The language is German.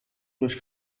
durch